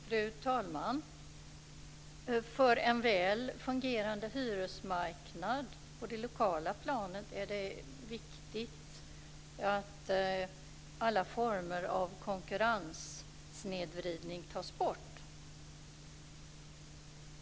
Fru talman! För en väl fungerande hyresmarknad på det lokala planet är det viktigt att alla former av konkurrenssnedvridning tas bort.